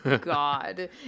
God